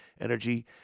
energy